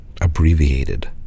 abbreviated